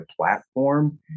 platform